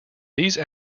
these